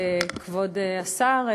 כבוד השר,